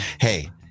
hey